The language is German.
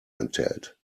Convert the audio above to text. enthält